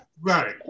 Right